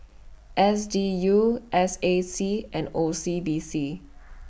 S D U S A C and O C B C